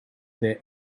their